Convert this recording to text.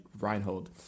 Reinhold